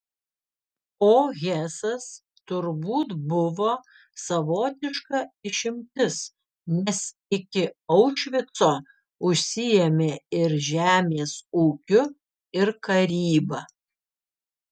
o hesas turbūt buvo savotiška išimtis nes iki aušvico užsiėmė ir žemės ūkiu ir karyba